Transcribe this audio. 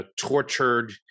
tortured